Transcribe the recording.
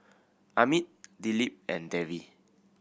Amit Dilip and Devi